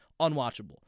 unwatchable